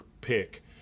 pick